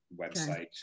website